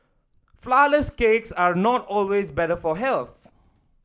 flourless cakes are not always better for health